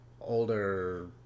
older